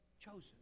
Chosen